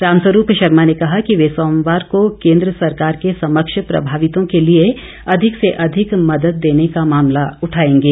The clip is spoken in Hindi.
रामस्वरूप शर्मा ने कहा कि वे सोमवार को केंद्र सरकार के समक्ष प्रभावितों के लिए अधिक से अधिक मदद देने का मामला उठाएंगे